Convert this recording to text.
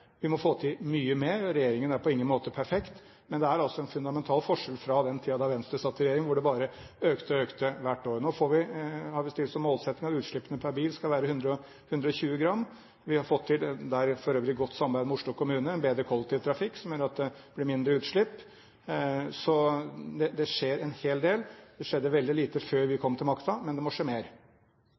Vi må få til mye mer, og regjeringen er på ingen måte perfekt, men det er altså en fundamental forskjell fra den tiden da Venstre satt i regjering, hvor det bare økte og økte hvert år. Nå har vi satt som målsetting at utslippene per bil skal være 120 gram. Vi har fått til – det er for øvrig et godt samarbeid med Oslo kommune – en bedre kollektivtrafikk, som gjør at det blir mindre utslipp. Så det skjer en hel del. Det skjedde veldig lite før vi kom til makten, men det må skje mer.